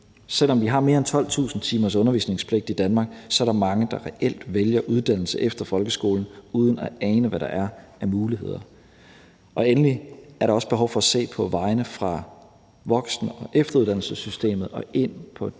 Selv om vi har mere end 12.000 timers undervisningspligt i Danmark, er der mange, der reelt vælger uddannelse efter folkeskolen uden at ane, hvad der er af muligheder. Endelig er der også behov for se på vejene fra voksen- og efteruddannelsessystemet og ind på de